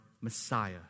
Messiah